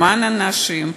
למען האנשים,